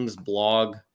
blog